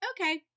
Okay